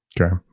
Okay